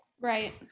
Right